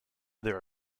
there